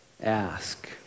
ask